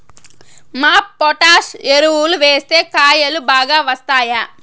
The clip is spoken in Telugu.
మాప్ పొటాష్ ఎరువులు వేస్తే కాయలు బాగా వస్తాయా?